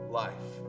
life